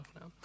now